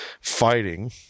fighting